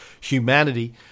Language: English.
humanity